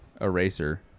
eraser